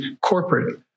corporate